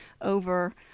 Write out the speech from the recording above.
over